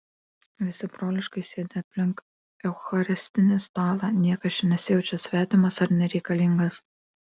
visi broliškai sėdi aplink eucharistinį stalą niekas čia nesijaučia svetimas ar nereikalingas